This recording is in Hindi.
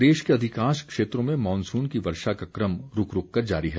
प्रदेश के अधिकांश क्षेत्रों में मॉनसून की वर्षा का क्रम रूक रूक कर जारी है